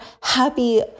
happy